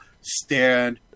stand